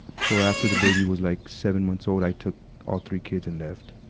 so after the baby was like seven months old, i took all three kids and left.